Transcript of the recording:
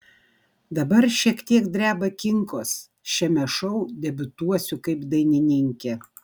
dabar šiek tiek dreba kinkos šiame šou debiutuosiu kaip dainininkė